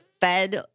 Fed